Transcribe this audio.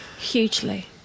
Hugely